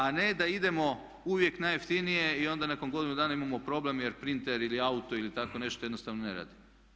A ne da idemo uvijek najjeftinije i onda nakon godinu dana imamo problem jer printer ili auto ili tako nešto jednostavno ne radi.